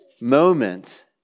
moment